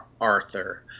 Arthur